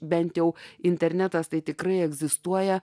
bent jau internetas tai tikrai egzistuoja